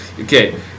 Okay